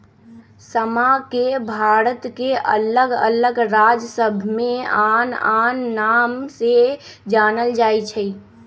समा के भारत के अल्लग अल्लग राज सभमें आन आन नाम से जानल जाइ छइ